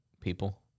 people